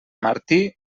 martí